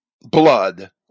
blood